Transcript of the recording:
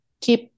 keep